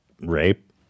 rape